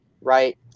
right